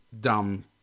dumb